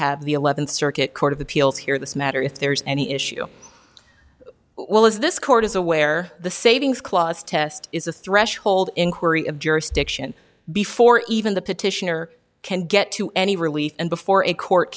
have the eleventh circuit court of appeals hear this matter if there's any issue well as this court is aware the savings clause test is a threshold inquiry of jurisdiction before even the petitioner can get to any relief and before a court